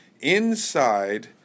inside